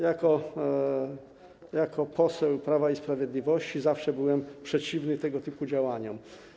Jako poseł Prawa i Sprawiedliwości zawsze byłem przeciwny tego typu działaniom.